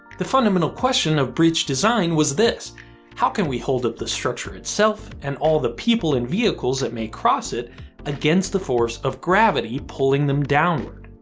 the fundamental question of bridge design was this how can we hold up the structure itself and all the people and vehicles that may cross against the force of gravity pulling them downward?